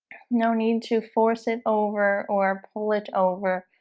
no need to force it over or pull it over.